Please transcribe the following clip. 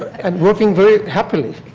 and working very happily.